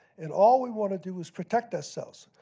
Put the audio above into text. and all we want to do is protect ourselves.